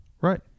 right